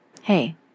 Hey